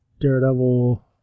Daredevil